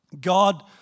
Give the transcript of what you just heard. God